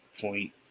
point